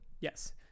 yes